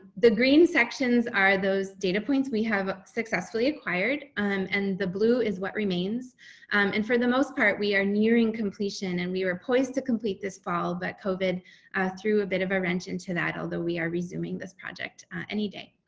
the green sections are those data points we have successfully acquired um and the blue is what remains leah somerville and for the most part we are nearing completion and we were poised to complete this fall, but coven through a bit of a wrench into that although we are resuming this project any day.